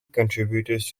contributors